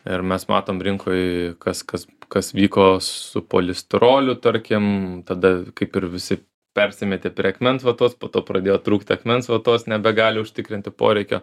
ir mes matom rinkoj kas kas kas vyko su polisteroliu tarkim tada kaip ir visi persimetė prie akmens vatos po to pradėjo trūkti akmens vatos nebegali užtikrinti poreikio